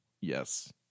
Yes